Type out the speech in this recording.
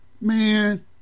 man